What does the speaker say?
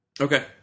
Okay